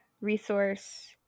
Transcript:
Resource